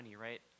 right